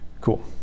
Cool